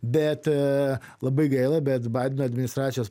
bet labai gaila bet badeno administracijos